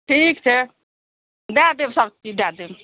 ठीक छै दऽ देब सब चीज दऽ देब